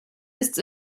ist